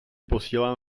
posílám